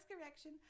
correction